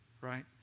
Right